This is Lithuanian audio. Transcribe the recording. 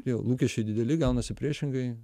jo lūkesčiai dideli gaunasi priešingai